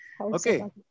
Okay